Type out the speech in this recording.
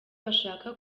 bashaka